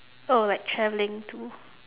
oh like travelling too